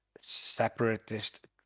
Separatist